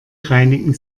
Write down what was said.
reinigen